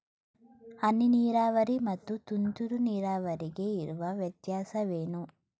ಹನಿ ನೀರಾವರಿ ಮತ್ತು ತುಂತುರು ನೀರಾವರಿಗೆ ಇರುವ ವ್ಯತ್ಯಾಸವೇನು?